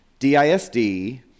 DISD